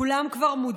כולם כבר מודעים,